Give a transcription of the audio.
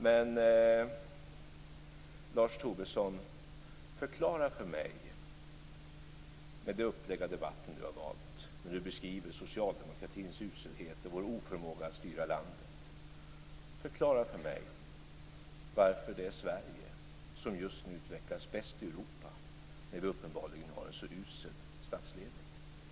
Men, Lars Tobisson, förklara för mig, med det upplägg av debatten du har valt, när du beskriver socialdemokratins uselhet och vår oförmåga att styra landet, varför det är Sverige som just nu utvecklas bäst i Europa när vi uppenbarligen har en så usel statsledning.